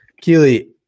Keely